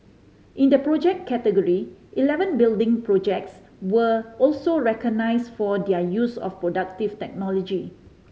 in the Project category eleven building projects were also recognised for their use of productive technology